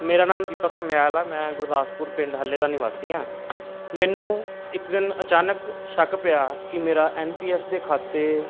ਮੇਰਾ ਨਾਮ ਦੀਪਕ ਸਮਿਆਲ ਆ ਮੈਂ ਗੁਰਦਾਸਪੁਰ ਪਿੰਡ ਹੱਲੇ ਦਾ ਨਿਵਾਸੀ ਹਾਂ ਮੈਨੂੰ ਇੱਕ ਦਿਨ ਅਚਾਨਕ ਸ਼ੱਕ ਪਿਆ ਕਿ ਮੇਰਾ ਐਨ ਪੀ ਐਸ ਦੇ ਖਾਤੇ